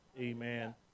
amen